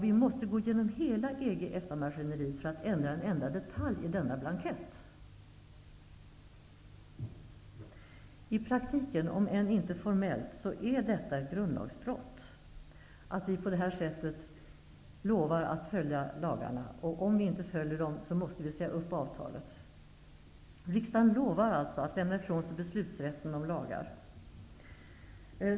Vi måste gå igenom hela EG-EFTA maskineriet för att ändra en enda detalj i denna blankett. I praktiken, om än inte formellt, är det ett grundlagsbrott att vi på det här sättet lovar att följa lagarna. Om vi inte följer lagarna måste vi säga upp avtalet. Riksdagen lovar således att lämna ifrån sig beslutanderätten över lagar.